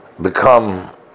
become